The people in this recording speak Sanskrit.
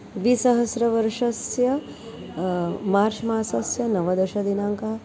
द्विसहस्रवर्षस्य मार्च् मासस्य नवदशदिनाङ्कः